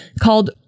called